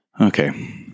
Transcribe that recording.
Okay